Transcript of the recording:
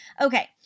Okay